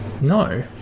No